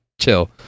chill